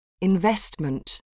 investment